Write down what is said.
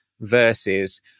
versus